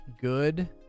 good